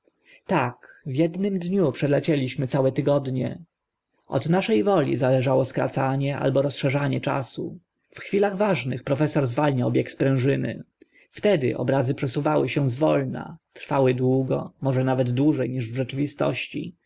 tak w ednym dniu przelecieliśmy całe tygodnie od nasze woli zależało skracanie albo rozszerzanie czasu w chwilach ważnych profesor zwalniał bieg sprężyny wtedy obrazy przesuwały się z wolna trwały długo może nawet dłuże niż w rzeczywistości